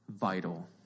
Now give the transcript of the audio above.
vital